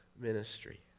ministry